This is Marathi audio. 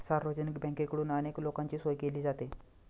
सार्वजनिक बँकेकडून अनेक लोकांची सोय केली जाते